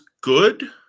good